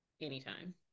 anytime